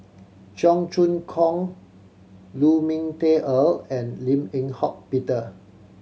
Cheong Choong Kong Lu Ming Teh Earl and Lim Eng Hock Peter